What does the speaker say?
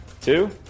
two